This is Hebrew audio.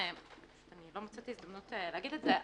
אני לא מצאתי הזדמנות להגיד את זה,